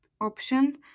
option